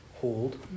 hold